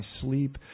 sleep